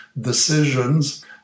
decisions